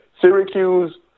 Syracuse